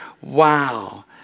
Wow